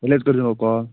تیٚلہِ حظ کٔرزِیٚو مےٚ کال